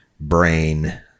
Brain